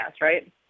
right